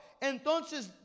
entonces